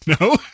No